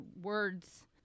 words